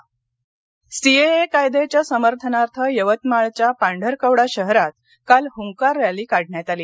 CAA समर्थन Yavatmal CAA कायद्याच्या समर्थनार्थ यवतमाळच्या पांढरकवडा शहरात काल हुंकार रॅली काढण्यात आली